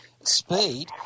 Speed